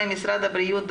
משרד הבריאות,